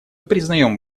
признаем